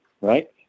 Right